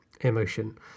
emotion